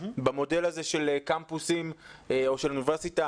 במודל של קמפוסים או אוניברסיטה